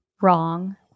wrong